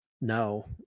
no